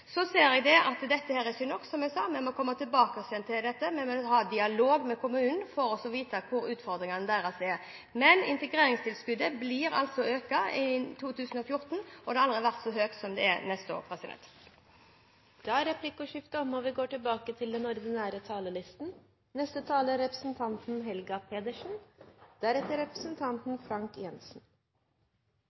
Så ser jeg at dette ikke er nok. Vi må komme tilbake til det. Vi må ha en dialog med kommunene for å få vite hva utfordringene deres er. Men integreringstilskuddet blir altså økt i 2014, og det har aldri vært så høyt som det er neste år. Replikkordskiftet er dermed omme. Vi lever i en folkevandringstid. Både innvandringspolitikken og integreringspolitikken er